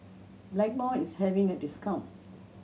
Blackmores is having a discount